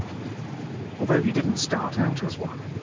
although he didn't start out as one.